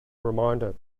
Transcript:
reminder